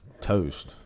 Toast